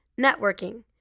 networking